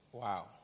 Wow